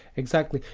exactly.